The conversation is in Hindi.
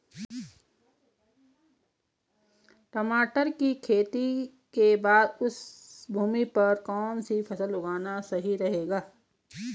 टमाटर की खेती के बाद उस भूमि पर कौन सी फसल उगाना सही रहेगा?